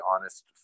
honest